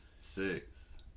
six